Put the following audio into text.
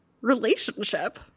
relationship